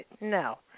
No